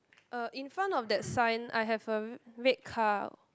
uh in front of that sign I have a red car